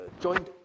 joint